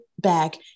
back